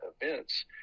events